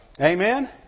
Amen